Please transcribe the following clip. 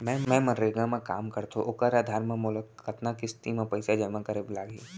मैं मनरेगा म काम करथो, ओखर आधार म मोला कतना किस्ती म पइसा जेमा करे बर लागही?